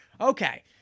Okay